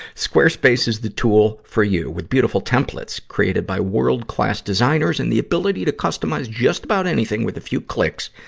sqaurespace is the tool for you. with beautiful templates created by world-class designers and the ability to customize just about anything with just a few clicks,